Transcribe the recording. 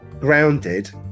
grounded